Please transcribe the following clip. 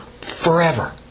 forever